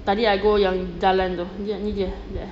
tadi I go yang jalan tu ni dia jap eh